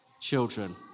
Children